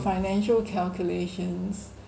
financial calculations